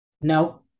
No